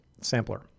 sampler